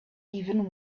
even